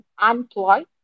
unemployed